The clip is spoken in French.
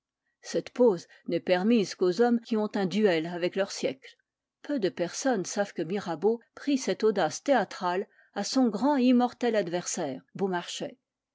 cette pose n'est permise qu'aux hommes qui ont un duel avec leur siècle peu de personnes savent que mirabeau prit cette audace théâtrale à son grand et immortel adversaire